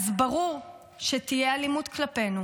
אז ברור שתהיה אלימות כלפינו.